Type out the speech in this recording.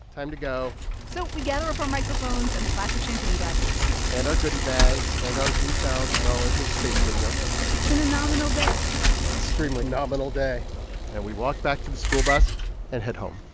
time to go so we gather up our microphones and the plastic champagne glasses and our goodie bags and our newfound knowledge of space lingo it's been a nominal day extremely nominal day and we walked back to the school bus and headed home